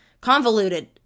convoluted